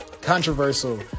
Controversial